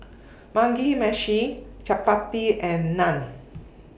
Mugi Meshi Chapati and Naan